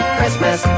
Christmas